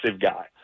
guy